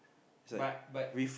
but but